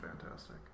fantastic